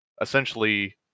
essentially